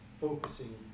focusing